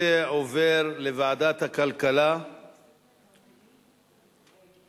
להצעה לסדר-היום ולהעביר את הנושא לוועדה שתקבע ועדת הכנסת נתקבלה.